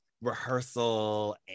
rehearsal